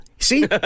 See